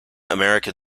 american